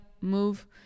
move